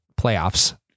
playoffs